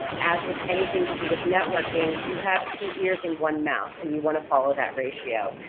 as with anything to do with networking, you have two ears and one mouth and you want to follow that ratio,